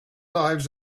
lives